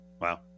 Wow